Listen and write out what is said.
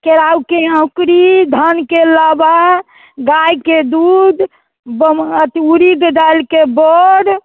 केराउके औकरी धानके लाबा गायके दूध अथी उड़ीद दालिके बड़